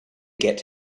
get